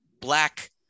black